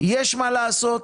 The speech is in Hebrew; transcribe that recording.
יש מה לעשות.